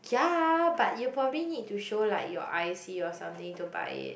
ya but you probably need to show like your I_C or something to buy it